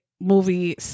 movie